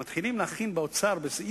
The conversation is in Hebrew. באוצר מתחילים להכין ביוני,